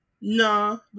No